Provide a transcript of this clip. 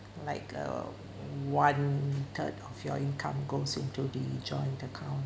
like a one third of your income goes into the joint account